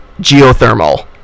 geothermal